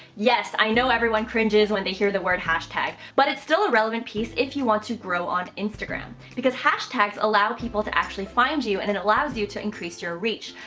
yes, i know everyone cringes when they hear the word hashtag, but it's still a relevant piece if you want to grow on instagram. because hashtags allow people to actually find you and it allows you to increase your reach.